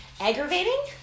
aggravating